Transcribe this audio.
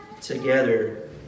together